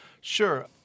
sure